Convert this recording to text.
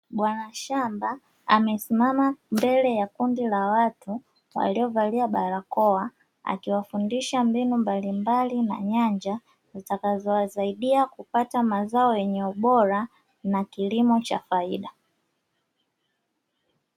Bwana shamba amesimama mbele ya kundi la watu waliovalia barakoa, akiwafundisha mbinu mbalimbali na nyanja, zitakazo wasaidia kupata mazao yenye ubora na kilimo cha faida.